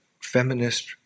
feminist